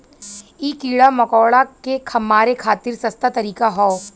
इ कीड़ा मकोड़ा के मारे खातिर सस्ता तरीका हौ